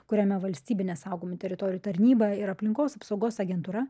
kuriame valstybinė saugomų teritorijų tarnyba ir aplinkos apsaugos agentūra